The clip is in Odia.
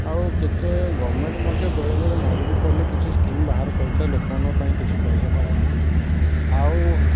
ଆଉ କେତେ ଗଭର୍ଣ୍ଣମେଣ୍ଟ୍ ମଧ୍ୟ ବେଳେବେଳେ ମରୁଡ଼ି ପଡ଼ିଲେ କିଛି ସ୍କିମ୍ ବାହାର କରିଥାଏ ଲୋକମାନଙ୍କ ପାଇଁ କିଛି ପଇସା ପାଇଁ ଆଉ